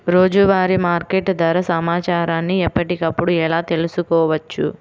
రోజువారీ మార్కెట్ ధర సమాచారాన్ని ఎప్పటికప్పుడు ఎలా తెలుసుకోవచ్చు?